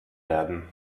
werden